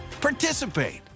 participate